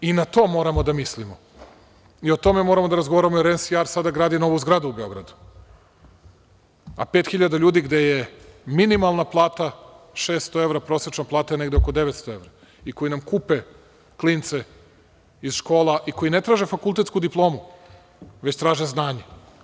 I na to moramo da mislimo, i o tome moramo da razgovaramo jer NSA gradi sada novu zgradu u Beogradu, a pet hiljada ljudi gde je minimalna plata 600 evra, prosečna plata je negde oko 900 evra i koji nam kupe klince iz škola i koji ne traže fakultetsku diplomu, već traže znanje.